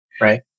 Right